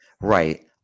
right